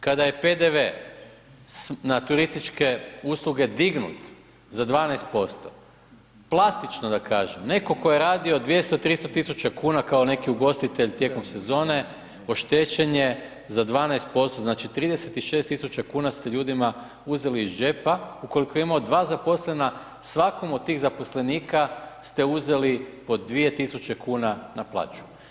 Kada je PDV na turističke usluge dignut za 12%, plastično da kažem netko tko je radio 200, 300.000 kuna kao neki ugostitelj tijekom sezone oštećen je za 12% znači 36.000 kuna ste ljudima uzeli iz džepa, ukoliko je imao 2 zaposlena, svakom od tih zaposlenika ste uzeli po 2.000 kuna na plaću.